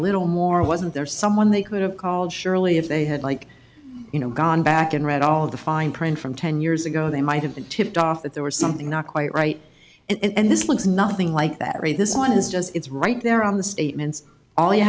little more wasn't there someone they could have called surely if they had like you know gone back and read all the fine print from ten years ago they might have been tipped off that there was something not quite right and this looks nothing like that right this one is just it's right there on the statements all you